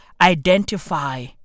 Identify